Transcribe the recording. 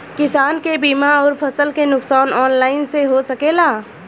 किसान के बीमा अउर फसल के नुकसान ऑनलाइन से हो सकेला?